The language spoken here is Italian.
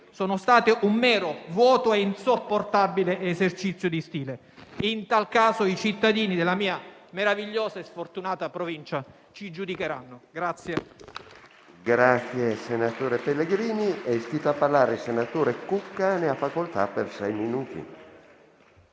sono state un mero vuoto e insopportabile esercizio di stile. In tal caso i cittadini della mia meravigliosa e sfortunata provincia ci giudicheranno.